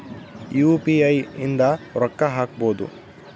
UPI ಇಂದ ರೊಕ್ಕ ಹಕ್ಬೋದು